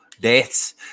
deaths